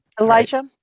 Elijah